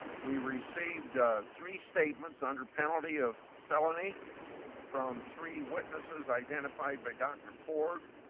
we received three statements under penalty of felony from three witnesses, identified by dr. ford,